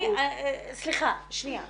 שכחתי את